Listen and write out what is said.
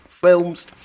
films